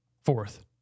Fourth